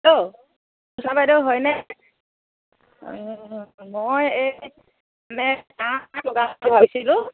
hello Usha বাইদেউ হয়নে অঁ মই এই মানে তাঁত এখন লগাম বুলি ভাবিছিলোঁ